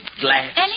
glass